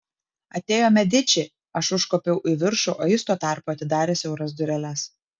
atėjo mediči aš užkopiau į viršų o jis tuo tarpu atidarė siauras dureles